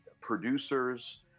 producers